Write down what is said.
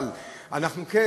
אבל אנחנו כן